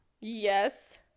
Yes